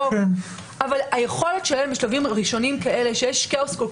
אבל היכולת שלהם בשלבים ראשוניים כאלה כשיש כאוס כל